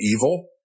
evil